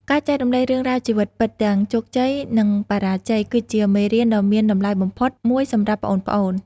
ការចែករំលែករឿងរ៉ាវជីវិតពិត ទាំងជោគជ័យ និងបរាជ័យ គឺជាមេរៀនដ៏មានតម្លៃបំផុតមួយសម្រាប់ប្អូនៗ។